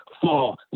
fall